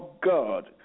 God